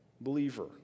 believer